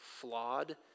flawed